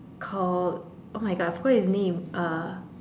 call !oh-my-God! I forgot his name uh